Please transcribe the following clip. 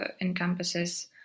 encompasses